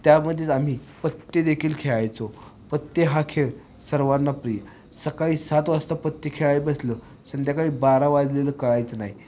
त्यामध्येच आम्ही पत्ते देखील खेळायचो पत्ते हा खेळ सर्वांना प्रिय सकाळी सात वाजता पत्ते खेळायला बसलं संध्याकाळी बारा वाजलेलं कळायचं नाही